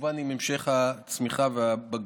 וכמובן עם המשך הצמיחה והבגרות.